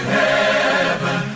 heaven